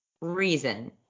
reason